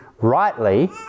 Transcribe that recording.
rightly